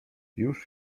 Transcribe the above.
już